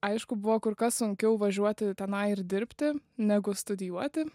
aišku buvo kur kas sunkiau važiuoti tenai ir dirbti negu studijuoti